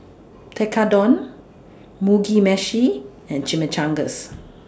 Tekkadon Mugi Meshi and Chimichangas